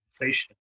inflation